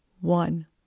One